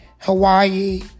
Hawaii